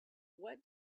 what